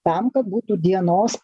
tam kad būtų dienos